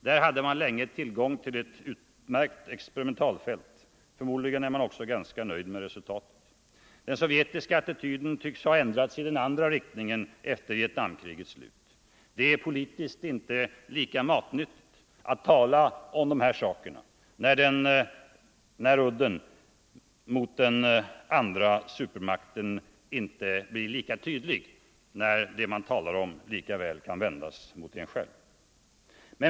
Där hade man länge tillgång till ett utmärkt experimentalfält. Förmodligen är man också ganska nöjd med resultatet. Den sovjetiska attityden tycks ha ändrats i den andra riktningen efter Vietnamkrigets slut. Det är politiskt inte lika matnyttigt att tala om 113 dessa saker när udden mot den andra supermakten inte blir lika tydlig, när det man talar om lika väl kan vändas mot en själv.